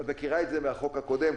את מכירה את זה מהחוק הקודם,